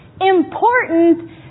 important